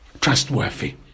trustworthy